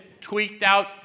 tweaked-out